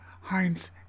Heinz